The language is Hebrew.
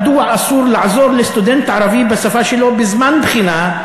מדוע אסור לעזור לסטודנט ערבי בשפה שלו בזמן בחינה,